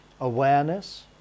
awareness